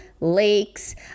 lakes